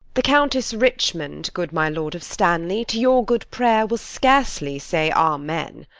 the countess richmond, good my lord of stanley, to your good prayer will scarcely say amen.